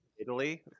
Italy